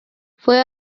fue